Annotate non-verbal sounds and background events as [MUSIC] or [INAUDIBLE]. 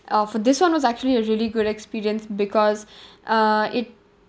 uh for this one was actually a really good experience because [BREATH] uh it